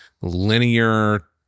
linear